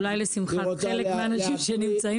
אולי לשמחת חלק מהאנשים שנמצאים פה.